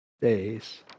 days